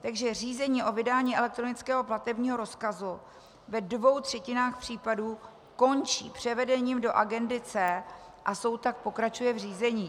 Takže řízení o vydání elektronického platebního rozkazu ve dvou třetinách případů končí převedením do agendy C a soud tak pokračuje v řízení.